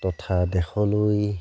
তথা দেশলৈ